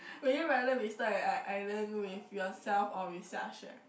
would you rather be start an island with yourself or with Xia-Xue